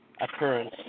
occurrence